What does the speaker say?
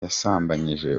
yasambanyije